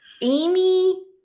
Amy